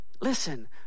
Listen